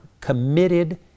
committed